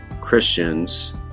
Christians